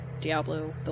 Diablo